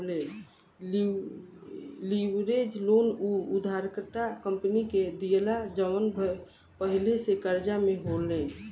leverage loan उ उधारकर्ता company के दीआला जवन पहिले से कर्जा में होले